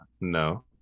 No